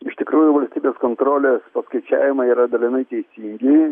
iš tikrųjų valstybės kontrolės paskaičiavimai yra dalinai teisingi